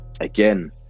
again